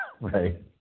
right